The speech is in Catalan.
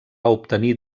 obtenir